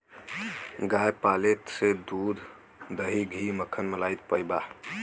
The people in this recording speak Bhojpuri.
गाय पाले से तू दूध, दही, घी, मक्खन, मलाई पइबा